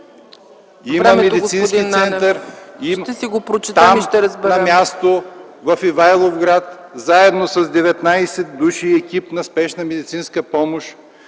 Има медицински център. Там на място, в Ивайловград, заедно с 19 души екип на Спешна медицинска помощ